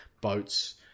boats